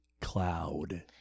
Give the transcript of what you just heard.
cloud